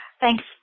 Thanks